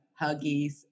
Huggies